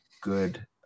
good